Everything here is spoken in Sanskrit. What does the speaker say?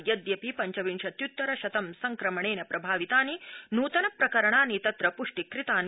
यद्यपि पञ्चविंशत्युत्तर शतं संक्रमणेन प्रभावितानि नूतन प्रकरणानि तत्र पुष्टिकृतानि